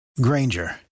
Granger